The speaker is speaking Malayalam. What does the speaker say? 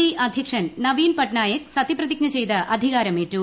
ഡി അധ്യക്ഷൻ നവീൻ പട്നായിക് സത്യപ്രതിജ്ഞ ചെയ്ത് അധികാരമേറ്റു